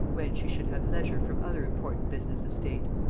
when she should have leisure from other important business of state.